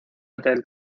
hotel